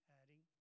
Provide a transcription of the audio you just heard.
adding